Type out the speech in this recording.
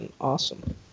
awesome